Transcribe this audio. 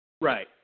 Right